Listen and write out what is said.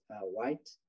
white